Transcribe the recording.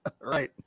Right